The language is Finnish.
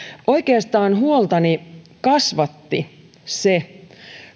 oikeastaan huoltani kasvatti se